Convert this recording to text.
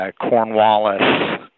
Cornwallis